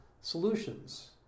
solutions